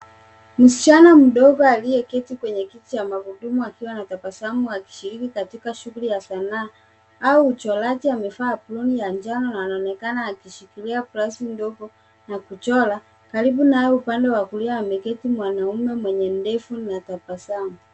Msichana mdogo aliyeketi kwenye kiti cha magurudumu akiwa na tabasamu akishiriki katika shughuli ya sanaa au uchoraji. Amevaa aproni ya njano na anaonekana akishikilia plastiki ndogo na kuchora. Karibu naye, upande wa kulia, ameketi mwanaume mwenye ndevu na tabasamu.